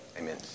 Amen